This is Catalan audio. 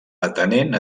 atenent